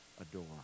adore